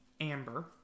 Amber